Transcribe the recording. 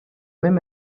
même